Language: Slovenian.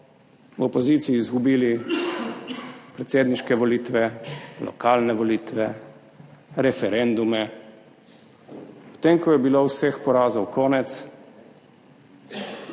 v opoziciji izgubili predsedniške volitve, lokalne volitve, referendume, potem ko je bilo vseh porazov konec,